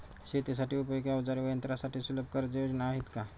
शेतीसाठी उपयोगी औजारे व यंत्रासाठी सुलभ कर्जयोजना आहेत का?